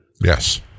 Yes